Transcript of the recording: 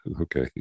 Okay